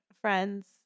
friends